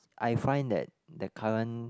I find that the current